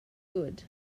good